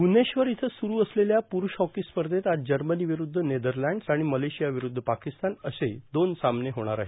भ्वनेश्वर इथं सुरु असलेल्या प्रुष हॉकी स्पर्धेत आज जर्मनी विरुद्ध नेदरलँड्स आणि मलेशिया विरुद्ध पाकिस्तान असे दोन सामने होणार आहे